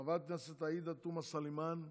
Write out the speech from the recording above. חברת הכנסת עאידה תומא סלימאן,